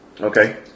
Okay